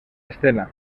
escena